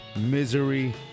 Misery